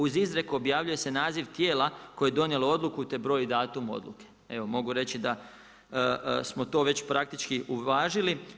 Uz izreku objavljuje se naziv tijela koje je donijelo odluku te broj i datum odluke.“ Evo mogu reći da smo to već praktički uvažili.